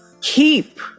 keep